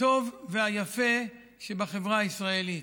הטוב והיפה שבחברה הישראלית.